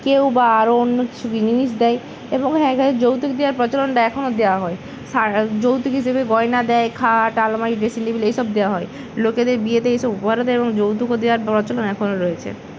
কেউ বা আরো অন্য কিছু জিনিস দেয় এবং না এখানে যৌতুক দেওয়ার প্রচলনটা এখনও দেওয়া হয় সাগাই যৌতুক হিসেবে গয়না দেয় খাট আলমারি ডেসিং টেবিল এই সব দেওয়া হয় লোকেদের বিয়েতে এই সব উপহারও দেয় এবং যৌতুকও দেওয়ার প্রচলন এখনও রয়েছে